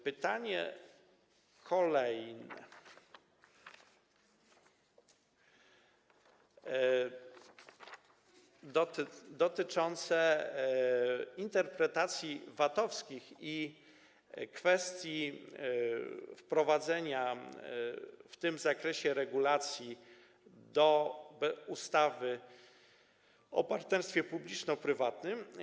Pytanie kolejne dotyczyło interpretacji VAT-owskich i kwestii wprowadzenia w tym zakresie regulacji do ustawy o partnerstwie publiczno-prywatnym.